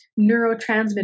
neurotransmitter